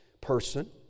person